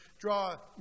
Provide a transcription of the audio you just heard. Draw